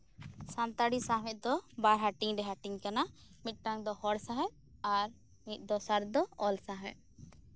ᱥᱟᱱᱛᱟᱲᱤ ᱥᱟᱶᱦᱮᱫ ᱫᱚ ᱵᱟᱨ ᱦᱟᱹᱴᱤᱧ ᱨᱮ ᱦᱟᱹᱴᱤᱧ ᱟᱠᱟᱱᱟ ᱢᱤᱫᱴᱟᱱ ᱫᱚ ᱦᱚᱲ ᱥᱟᱶᱦᱮᱫ ᱟᱨ ᱢᱤᱫ ᱫᱚᱥᱟᱨ ᱫᱚ ᱚᱞ ᱥᱟᱶᱦᱮᱫ